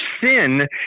sin